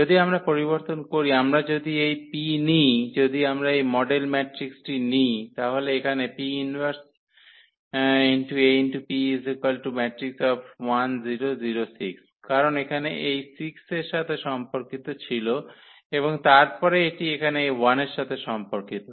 যদি আমরা পরিবর্তন করি আমরা যদি এই P নিই যদি আমরা এই মডেল ম্যাট্রিক্সটি নিই তাহলে এখানে কারণ এখানে এটি এই 6 এর সাথে সম্পর্কিত ছিল এবং তারপরে এটি এখানে এই 1 এর সাথে সম্পর্কিত